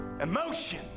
Emotion